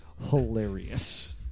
hilarious